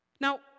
Now